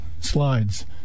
slides